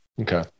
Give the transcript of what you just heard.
Okay